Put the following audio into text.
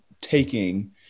taking